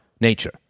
nature